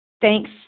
Thanks